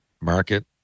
market